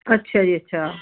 ਅੱਛਾ ਜੀ ਅੱਛਾ